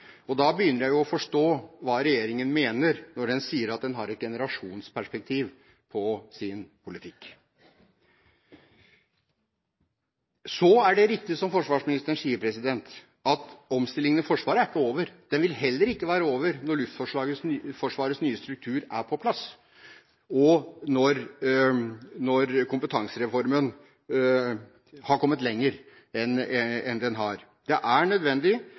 nødvendig. Da begynner jeg jo å forstå hva regjeringen mener når den sier at den har et generasjonsperspektiv på sin politikk. Så er det riktig som forsvarsministeren sier, at omstillingen i Forsvaret ikke er over. Den vil heller ikke være over når Luftforsvarets nye struktur er på plass, og når kompetansereformen har kommet lenger enn den har. Det er nødvendig